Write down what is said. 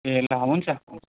ए ल हुन्छ हुन्छ